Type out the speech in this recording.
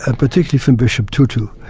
and particularly from bishop tutu,